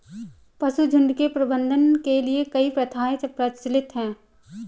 पशुझुण्ड के प्रबंधन के लिए कई प्रथाएं प्रचलित हैं